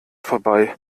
vorbei